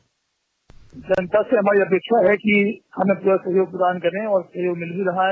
bite जनता से हमारी अपेक्षा है कि हमें अपना प्ररा सहयोग प्रदान करें और सहयोग मिल भी रहा है